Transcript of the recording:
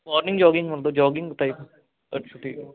morning jogging ਮਤਲਬ jogging type ਅੱਛਾ ਠੀਕ ਹੈ